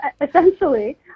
essentially